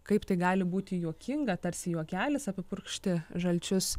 kaip tai gali būti juokinga tarsi juokelis apipurkšti žalčius